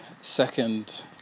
second